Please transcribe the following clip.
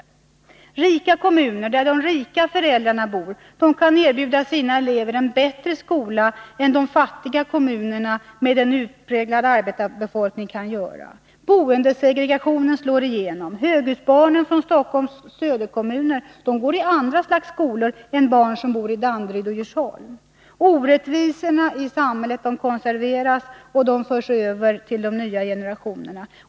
143 Rika kommuner, där rika familjer bor, kan erbjuda sina elever en bättre skola än de fattiga kommunerna med utpräglad arbetarbefolkning. Boendesegregationen slår igenom, höghusbarnen från Stockholms södra randkommuner går i andra slags skolor än barn som bor i Danderyd och Djursholm. Orättvisorna i samhället konserveras och förs vidare till de nya generationerna.